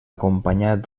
acompanyat